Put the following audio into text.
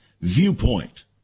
viewpoint